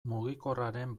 mugikorraren